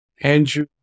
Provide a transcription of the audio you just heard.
Andrew